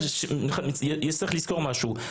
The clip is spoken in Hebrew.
צריך לזכור משהו.